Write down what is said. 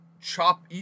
chop